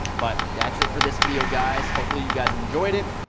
but that's it for this video guys. hopefully you guys enjoyed it.